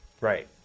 Right